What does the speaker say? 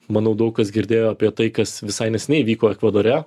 manau daug kas girdėjo apie tai kas visai neseniai vyko ekvadore